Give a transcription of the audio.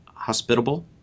hospitable